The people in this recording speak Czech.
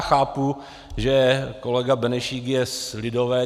Chápu, že kolega Benešík je lidovec.